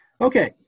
Okay